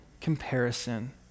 comparison